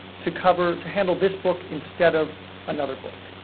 to cover-to handle this book instead of another book.